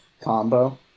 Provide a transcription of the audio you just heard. combo